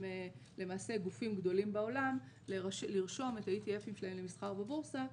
למעשה גופים גדולים בעולם לרשום את ה- ETF למסחר בבורסה,